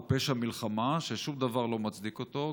הוא פשע מלחמה ששום דבר לא מצדיק אותו,